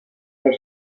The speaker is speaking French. font